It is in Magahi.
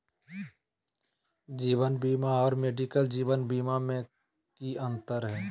जीवन बीमा और मेडिकल जीवन बीमा में की अंतर है?